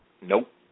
Nope